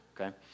okay